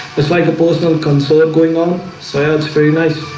it's like a postal consider going on science, very nice.